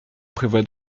prévoit